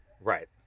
Right